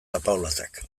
apaolazak